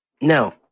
No